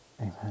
Amen